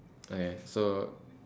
okay so